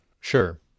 Sure